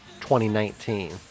2019